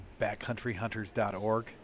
backcountryhunters.org